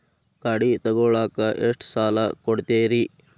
ಗಾಡಿ ತಗೋಳಾಕ್ ಎಷ್ಟ ಸಾಲ ಕೊಡ್ತೇರಿ?